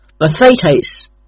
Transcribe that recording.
mathetes